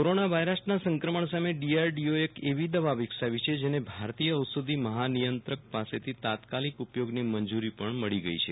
દવા કોરોના વાયરસના સંક્રમણ સામે ડીઆરડીઓ એ એક એવી દવા વિકસાવી છે અને એનેભારતીય ઔષધિ મહાનિયંત્રક પાસેથી તાત્કાલિક ઉપયોગની મંજૂરી પણ મળી ગઇ છે